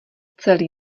celý